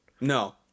No